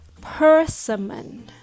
persimmon